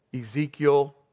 Ezekiel